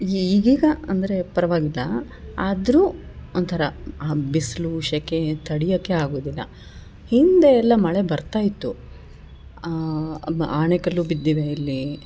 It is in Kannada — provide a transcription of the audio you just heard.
ಈಗೀಗ ಅಂದರೆ ಪರವಾಗಿಲ್ಲಾ ಆದರು ಒಂಥರ ಆ ಬಿಸಿಲು ಶೆಖೆ ತಡಿಯೋಕೆ ಆಗೋದಿಲ್ಲ ಹಿಂದೆ ಎಲ್ಲ ಮಳೆ ಬರ್ತಾ ಇತ್ತು ಆಲಿಕಲ್ಲು ಬಿದ್ದಿವೆ ಇಲ್ಲೀ